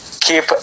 keep